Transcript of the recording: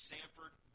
Sanford